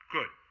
Good